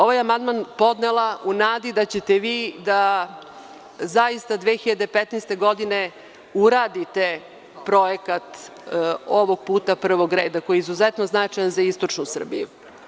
Ovaj amandman sam podnela da ćete vi da zaista 2015. godine uradite projekat ovog puta prvog reda koji je izuzetno značajan za istočnu Srbiju.